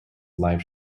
live